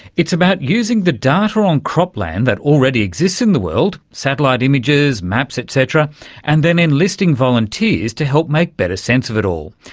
it's about using the data on cropland that already exists in the world satellite images, maps et cetera and then enlisting volunteers to help make better sense of it all.